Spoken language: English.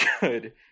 good